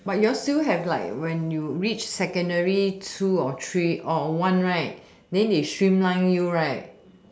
but you all still have like when you reach secondary two or three or one right then they streamline you right